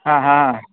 हा हा